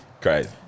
Great